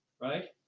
right